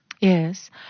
Yes